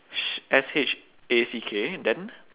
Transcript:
sh~ S H A C K then